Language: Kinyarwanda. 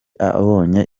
abonye